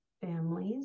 families